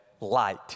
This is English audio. Light